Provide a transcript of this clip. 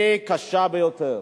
הוא קשה ביותר.